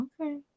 Okay